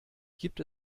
gibt